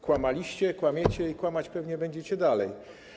Kłamaliście, kłamiecie i kłamać pewnie będziecie dalej.